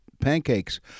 pancakes